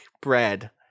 bread